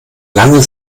lange